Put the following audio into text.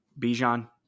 Bijan